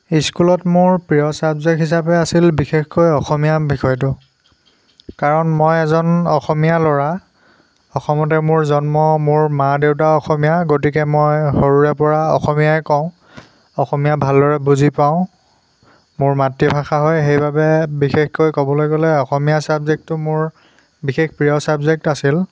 স্কুলত মোৰ প্ৰিয় ছাবজেক্ট হিচাপে আছিল বিশেষকৈ অসমীয়া বিষয়টো কাৰণ মই এজন অসমীয়া ল'ৰা অসমতে মোৰ জন্ম মোৰ মা দেউতা অসমীয়া গতিকে মই সৰুৰে পৰা অসমীয়াই কওঁ অসমীয়া ভালদৰে বুজি পাওঁ মোৰ মাতৃভাষা হয় সেইবাবে বিশেষকৈ ক'বলৈ গ'লে অসমীয়া ছাবজেক্টটো মোৰ বিশেষ প্ৰিয় ছাবজেক্ট আছিল